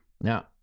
Now